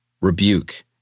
rebuke